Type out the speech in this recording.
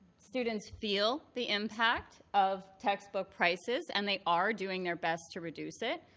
students feel the impact of textbook prices. and they are doing their best to reduce it.